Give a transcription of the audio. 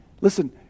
Listen